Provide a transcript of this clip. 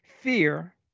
fear